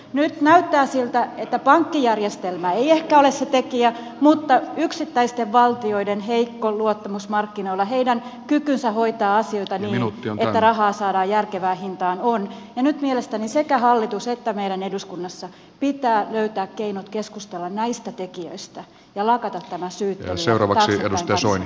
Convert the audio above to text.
nyt näyttää siltä että pankkijärjestelmä ei ehkä ole se tekijä mutta yksittäisten valtioiden heikko luottamus markkinoilla heidän kykynsä hoitaa asioita niin että rahaa saadaan järkevään hintaan on ja nyt mielestäni sekä hallituksen että meidän eduskunnassa pitää löytää keinot keskustella näistä tekijöistä ja lakata tämä syyttely ja taaksepäin katselu